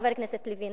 חבר הכנסת לוין.